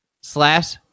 Slash